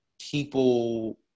people